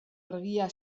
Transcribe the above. argia